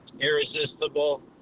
Irresistible